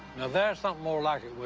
there's something more like it, will.